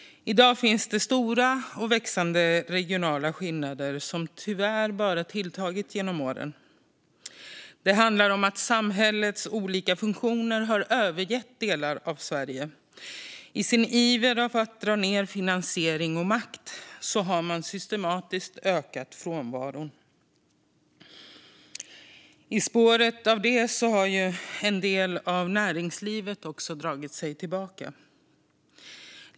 I dag finns det stora och växande regionala skillnader som tyvärr bara har tilltagit genom åren. Det handlar om att samhällets olika funktioner har övergett delar av Sverige. I sin iver att dra ned på finansiering och makt har man systematiskt ökat frånvaron. I spåren av det har en del av näringslivet också dragit sig tillbaka.